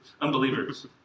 unbelievers